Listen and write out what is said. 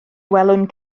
gwelwn